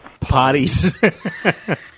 Potties